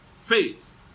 faith